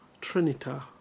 Trinita